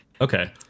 Okay